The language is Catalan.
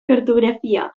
cartografia